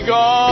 God